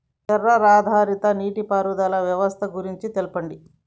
Censor ఆధారిత నీటిపారుదల వ్యవస్థ గురించి తెల్పండి?